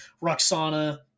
Roxana